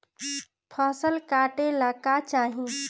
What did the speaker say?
फसल काटेला का चाही?